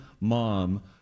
mom